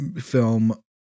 film